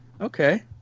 Okay